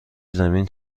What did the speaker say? زمین